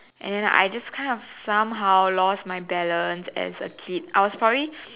and then I just kind of somehow lost my balance as a kid I was probably